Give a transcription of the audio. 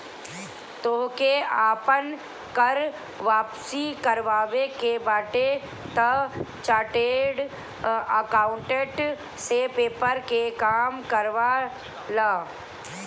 तोहके आपन कर वापसी करवावे के बाटे तअ चार्टेड अकाउंटेंट से पेपर के काम करवा लअ